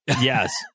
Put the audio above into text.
Yes